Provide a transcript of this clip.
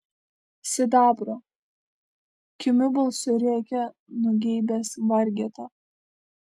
sidabro kimiu balsu rėkia nugeibęs vargeta